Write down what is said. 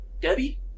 Debbie